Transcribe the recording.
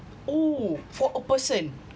oh for a person